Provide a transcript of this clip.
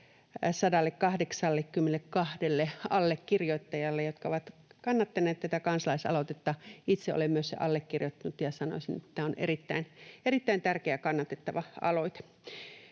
382 allekirjoittajalle, jotka ovat kannattaneet tätä kansalaisaloitetta. Itse olen myös sen allekirjoittanut, ja sanoisin, että tämä on erittäin erittäin tärkeä ja kannatettava aloite.